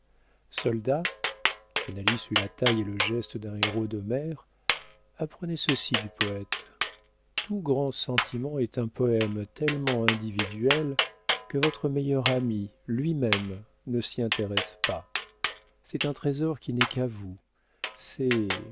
soldat canalis eut la taille et le geste d'un héros d'homère apprenez ceci du poëte tout grand sentiment est un poëme tellement individuel que votre meilleur ami lui-même ne s'y intéresse pas c'est un trésor qui n'est qu'à vous c'est